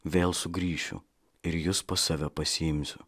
vėl sugrįšiu ir jus pas save pasiimsiu